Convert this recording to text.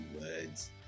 words